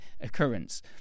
occurrence